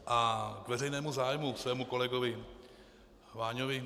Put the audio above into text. A k veřejnému zájmu svému kolegovi Váňovi.